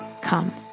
come